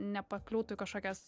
nepakliūtų į kažkokias